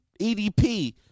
EDP